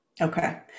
Okay